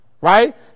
Right